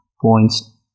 points